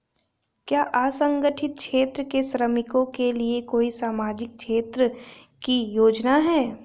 क्या असंगठित क्षेत्र के श्रमिकों के लिए कोई सामाजिक क्षेत्र की योजना है?